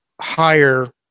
higher